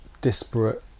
disparate